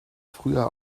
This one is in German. früher